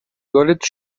görlitz